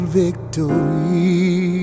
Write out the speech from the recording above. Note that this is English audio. victory